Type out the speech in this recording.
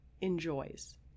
enjoys